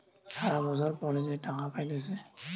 সারা বছর পর যে টাকা পাইতেছে